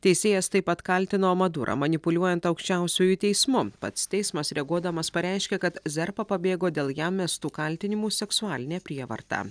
teisėjas taip pat kaltino madurą manipuliuojant aukščiausiuoju teismu pats teismas reaguodamas pareiškė kad zerpa pabėgo dėl jam mestų kaltinimų seksualine prievarta